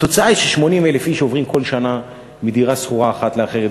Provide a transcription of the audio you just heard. התוצאה היא ש-80,000 איש עוברים כל שנה מדירה שכורה אחת לאחרת.